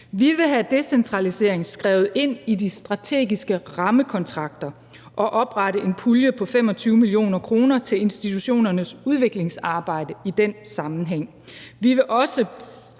Vi vil have decentralisering skrevet ind i de strategiske rammekontrakter og oprette en pulje på 25 mio. kr. til institutionernes udviklingsarbejde i den sammenhæng.